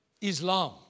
Islam